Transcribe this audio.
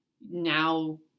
now